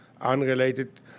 unrelated